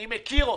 אני מכיר אותם.